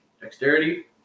Dexterity